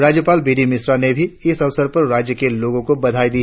राज्यपाल B D Mishra ने भीन इस अवसर पर राज्य के लोगों को भी बधाई दी